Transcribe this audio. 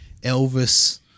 Elvis